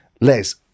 Les